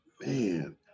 man